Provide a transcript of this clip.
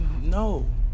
No